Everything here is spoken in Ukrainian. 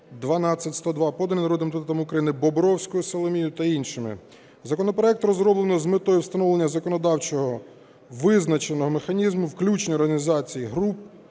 Законопроект розроблено з метою встановлення законодавчо визначеного механізму включення організацій, груп